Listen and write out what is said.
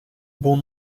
bon